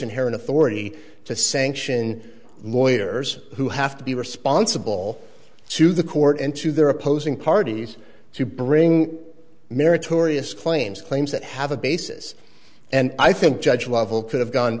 inherent authority to sanction lawyers who have to be responsible to the court and to their opposing parties to bring meritorious claims claims that have a basis and i think judge lovell could have gone